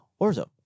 orzo